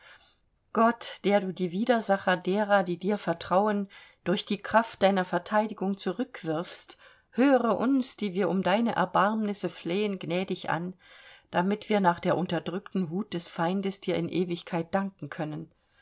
gott der du die widersacher derer die dir vertrauen durch die kraft deiner verteidigung zurückwirfst höre uns die wir um deine erbarmnisse flehen gnädig an damit wir nach der unterdrückten wut des feindes dir in ewigkeit danken können